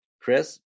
Chris